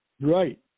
Right